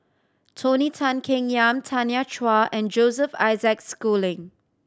Tony Tan Keng Yam Tanya Chua and Joseph Isaac Schooling